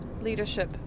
leadership